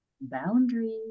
boundaries